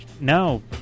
No